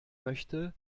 möchte